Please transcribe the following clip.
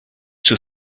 too